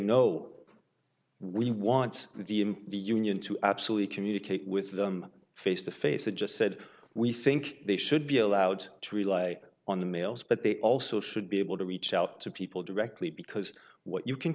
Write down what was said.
no we want the in the union to absolutely communicate with them face to face and just said we think they should be allowed to rely on the mails but they also should be able to reach out to people directly because what you can